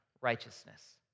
righteousness